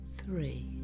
three